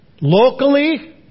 locally